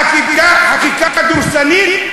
חקיקה דורסנית,